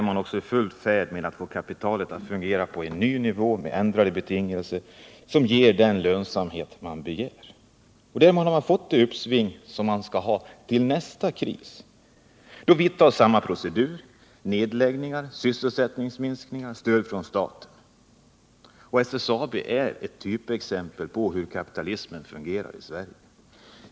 Man är i full färd med att få kapitalet att fungera på en ny nivå med ändrade betingelser, som ger den lönsamhet man begär. Därmed har man fått det uppsving som man skall ha till nästa kris. Då vidtar samma procedur: nedläggningar, sysselsättningsminskningar, stöd från staten. SSAB är ett typexempel på hur kapitalismen fungerar i Sverige.